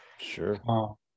Sure